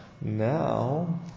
Now